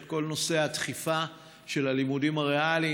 את כל נושא הדחיפה של הלימודים הריאליים,